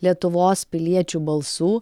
lietuvos piliečių balsų